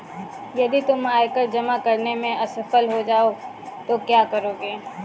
यदि तुम आयकर जमा करने में असफल हो जाओ तो क्या करोगे?